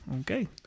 okay